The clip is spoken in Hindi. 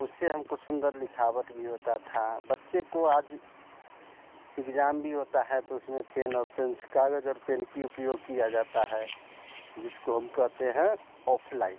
उससे हमको सुन्दर लिखावट भी होती थी बच्चों को आज एग्जाम भी होता है तो उसमें पेन और पेंस काग़ज़ और पेन कअ उपयोग किया जाता है जिसको हम कहते हैं ऑफलाइन